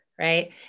Right